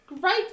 Great